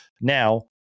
Now